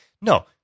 No